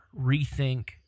rethink